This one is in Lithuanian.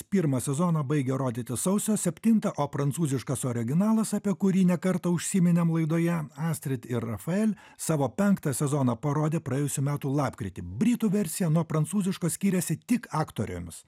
pirmą sezoną baigė rodyti sausio septintą o prancūziškas originalas apie kurį ne kartą užsiminėm laidoje astrid ir rafael savo penktą sezoną parodė praėjusių metų lapkritį britų versija nuo prancūziškos skiriasi tik aktorėmis